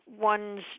one's